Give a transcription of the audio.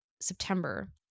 September